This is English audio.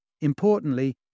Importantly